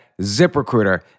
ZipRecruiter